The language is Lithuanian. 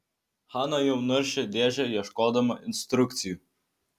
hana jau naršė dėžę ieškodama instrukcijų